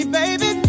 baby